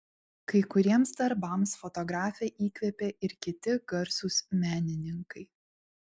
kai kuriems darbams fotografę įkvėpė ir kiti garsūs menininkai